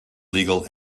legal